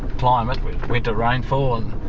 climate, with winter rainfall